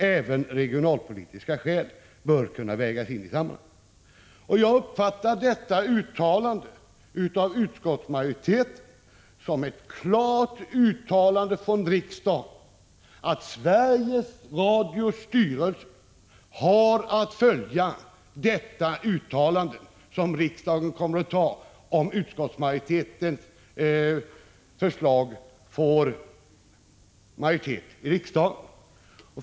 Även regionalpolitiska skäl bör kunna vägas in i sammanhanget.” Jag uppfattar denna formulering från utskottsmajoriteten som ett klart uttalande från riksdagen att Sveriges Radios styrelse har att följa detta uttalande, som riksdagen kommer att anta om utskottsmajoritetens förslag får majoritet i riksdagen om en liten stund.